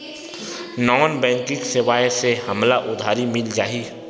Non banking सेवाएं से हमला उधारी मिल जाहि?